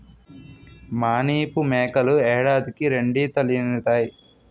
మానిపు మేకలు ఏడాదికి రెండీతలీనుతాయి